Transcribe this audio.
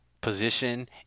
position